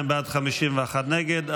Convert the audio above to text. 32 בעד, 51 נגד.